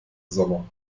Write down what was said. sommer